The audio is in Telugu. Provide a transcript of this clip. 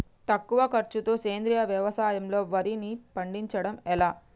తక్కువ ఖర్చుతో సేంద్రీయ వ్యవసాయంలో వారిని పండించడం ఎలా?